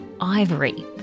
ivory